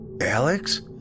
Alex